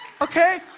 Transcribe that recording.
Okay